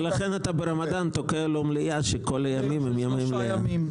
לכן ברמדאן אתה תוקע לו מליאה כשכל הימים הם ימים מלאים.